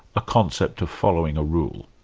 a concept of following a rule,